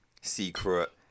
secret